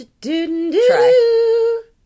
Try